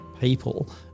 people